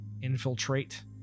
infiltrate